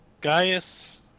Gaius